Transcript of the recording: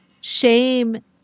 shame